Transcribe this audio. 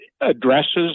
addresses